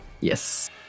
Yes